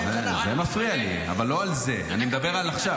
זה מפריע לי, אבל לא על זה, אני מדבר על עכשיו.